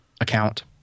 account